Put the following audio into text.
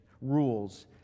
rules